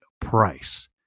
price